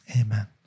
amen